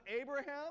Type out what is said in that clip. abraham